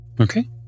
Okay